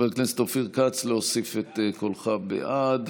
חבר הכנסת אופיר כץ, להוסיף את קולך בעד?